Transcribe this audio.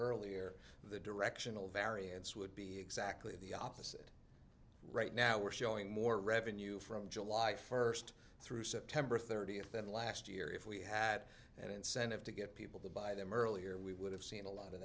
earlier the directional variance would be exactly the opposite right now we're showing more revenue from july first through september thirtieth than last year if we had that incentive to get people to buy them earlier we would have seen a lot of